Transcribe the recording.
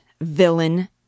Villain